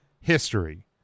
history